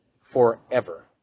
forever